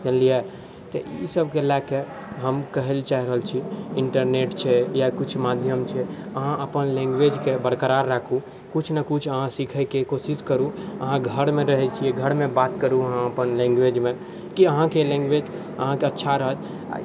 जानलियै तऽ ई सभके लए कऽ हम कहै लए चाहि रहल छी इन्टरनेट छै या कुछ माध्यम छै अहाँ अपन लैंग्वेज कऽ बरकरार राखू किछु ने किछु अहाँ सिखैके कोशिश करू अहाँ घरमे रहै छियै अहाँ घरमे बात करू अहाँ अपन लैंग्वेजमे कि अहाँके अपन लैंग्वेज अहाँके अच्छा रहत